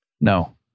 no